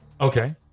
Okay